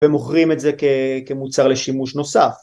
ומוכרים את זה כמוצר לשימוש נוסף.